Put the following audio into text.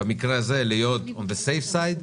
במקרה הזה להיות ב-safe side,